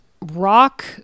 rock